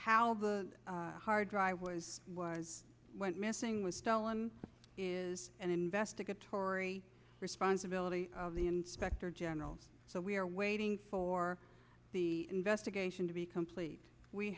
how the hard drive was was went missing was stolen is an investigatory responsibility of the inspector general so we are waiting for the investigation to be complete we